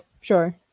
sure